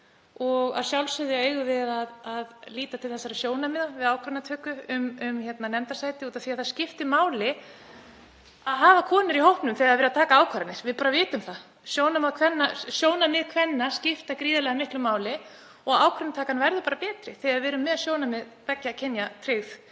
og að sjálfsögðu eigum við að líta til þessara sjónarmiða við ákvarðanatöku um setu í nefndum. Það skiptir máli að hafa konur í hópnum þegar verið er að taka ákvarðanir. Við bara vitum að sjónarmið kvenna skipta gríðarlega miklu máli og ákvarðanatakan verður betri þegar við erum með sjónarmið beggja kynja tryggð